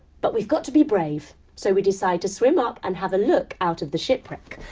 but we've got to be brave so we decide to swim up and have a look out of the shipwreck.